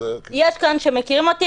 יש כאן מי שמכירים אותי.